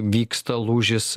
vyksta lūžis